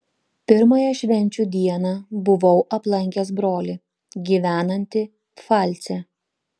pirmąją švenčių dieną buvau aplankęs brolį gyvenantį pfalce